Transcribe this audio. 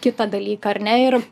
kitą dalyką ar ne ir